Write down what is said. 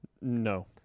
No